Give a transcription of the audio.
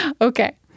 Okay